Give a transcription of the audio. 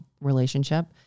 relationship